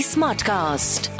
Smartcast